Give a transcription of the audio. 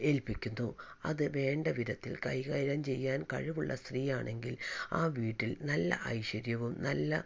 ഏൽപ്പിക്കുന്നു അത് വേണ്ട വിധത്തിൽ കൈകാര്യം ചെയ്യാൻ കഴിവുള്ള സ്ത്രീ ആണെങ്കിൽ ആ വീട്ടിൽ നല്ല ഐശ്വര്യവും നല്ല